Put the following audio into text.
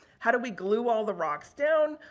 how do we glue all the rocks down?